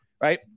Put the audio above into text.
Right